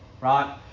Right